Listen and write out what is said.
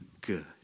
good